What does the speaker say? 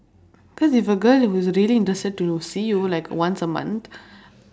cause if a girl who is really interested to see you like once a month